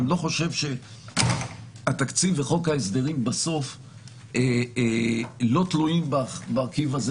אני לא חושב שהתקציב וחוק ההסדרים תלויים במרכיב הזה.